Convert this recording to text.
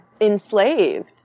enslaved